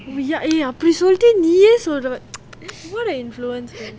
ya oh ya அப்பிடி சொல்லிட்டு நீயே சொல்ற பாரு:apidi solittu neeyae solra paaru what a influencer